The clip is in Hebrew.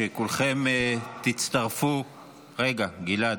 רגע, גלעד.